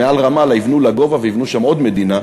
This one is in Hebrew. מעל רמאללה יבנו לגובה ויבנו שם עוד מדינה.